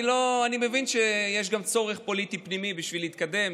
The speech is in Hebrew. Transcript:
אני מבין שיש גם צורך פוליטי פנימי, בשביל להתקדם.